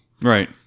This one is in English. right